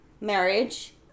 marriage